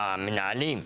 מהמנהלים,